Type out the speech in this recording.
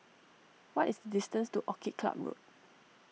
what is the distance to Orchid Club Road